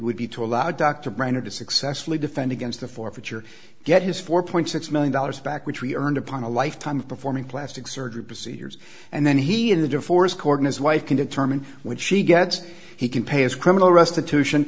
would be to allow dr brainard to successfully defend against the forfeiture get his four point six million dollars back which we earned upon a lifetime of performing plastic surgery procedures and then he in the deforest corden his wife can determine when she gets he can pay his criminal restitution